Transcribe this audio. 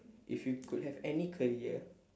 if you could have any career